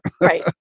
Right